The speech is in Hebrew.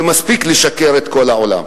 ומספיק לשקר לכל העולם.